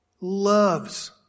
loves